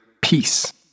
peace